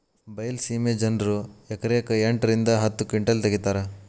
ಬೈಲಸೇಮಿ ಜನರು ಎಕರೆಕ್ ಎಂಟ ರಿಂದ ಹತ್ತ ಕಿಂಟಲ್ ತಗಿತಾರ